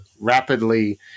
rapidly